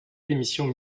d’émissions